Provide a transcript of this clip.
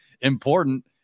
important